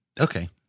Okay